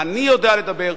אני יודע לדבר,